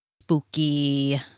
spooky